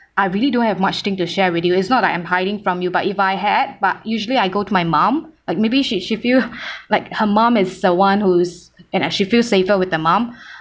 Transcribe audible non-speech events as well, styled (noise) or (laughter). I really don't have much thing to share with you it's not I am hiding from you but if I had but usually I go to my mom like maybe she she feel (breath) like her mom is the one who's and uh she feel safer with the mom